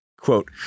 quote